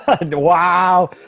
wow